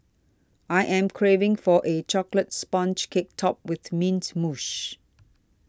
I am craving for a Chocolate Sponge Cake Topped with mints mousse